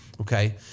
Okay